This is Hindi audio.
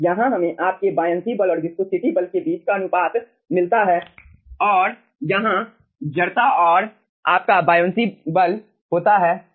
यहां हमें आपके बायअंशी बल और विस्कोसिटी बल के बीच का अनुपात मिलता है और यहां जड़ता और आपका बायअंशी बल होता है सही